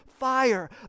fire